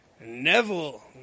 Neville